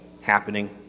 happening